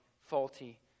faulty